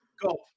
Go